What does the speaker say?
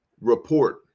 Report